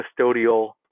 custodial